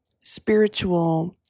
spiritual